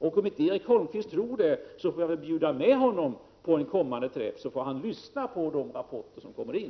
Om inte Erik Holmkvist tror på detta, får jag väl bjuda honom med på en kommande träff, så att han får lyssna på de rapporter som kommer in.